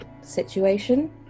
situation